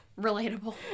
relatable